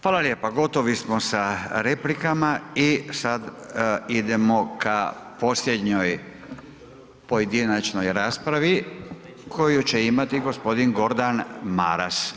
Hvala lijepa, gotovi smo sa replikama i sad idemo ka posljednjoj pojedinačnoj raspravi koju će imati g. Gordan Maras.